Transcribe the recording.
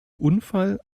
unfall